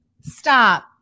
Stop